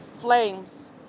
flames